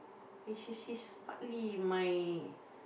s~ sh~ she's partly my